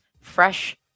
fresh